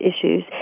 issues